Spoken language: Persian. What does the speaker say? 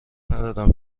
ندارم